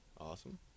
Awesome